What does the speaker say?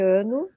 ano